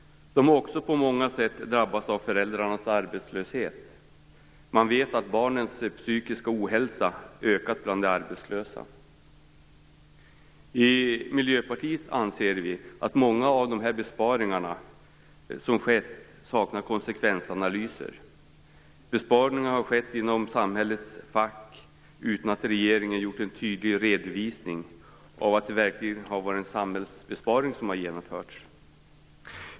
De har också på många sätt drabbats av föräldrarnas arbetslöshet. Man vet att den psykiska ohälsan ökat bland barn till arbetslösa. Vi i Miljöpartiet anser att många av de besparingar som skett saknar konsekvensanalyser. Besparingarna har skett inom samhällets olika fack utan att regeringen gjort en tydlig redovisning av att det verkligen har varit en samhällsbesparing som har genomförts.